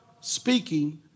speaking